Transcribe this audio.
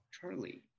Charlie